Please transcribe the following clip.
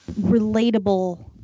relatable